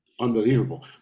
Unbelievable